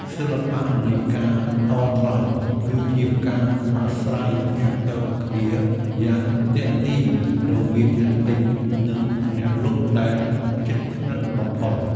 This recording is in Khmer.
សិល្បៈនៃការតថ្លៃ គឺជាការប្រាស្រ័យទាក់ទងគ្នាយ៉ាងទាក់ទាញរវាងអ្នកទិញ និងអ្នកលក់ដែលជិតស្និទ្ធបំផុត។